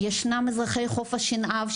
ישנם אזרחי חוף השנהב,